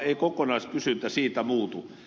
ei kokonaiskysyntä siitä muutu